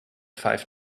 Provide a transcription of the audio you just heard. five